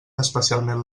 especialment